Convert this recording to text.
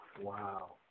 Wow